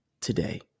today